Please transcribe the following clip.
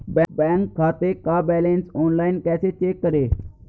Bank खाते का balance online कैसे चेक करें?